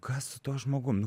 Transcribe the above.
kas su tuo žmogum nu